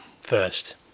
first